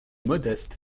modeste